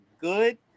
good